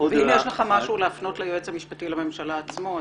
ואם יש לך משהו להפנות ליועץ המשפטי לממשלה עצמו,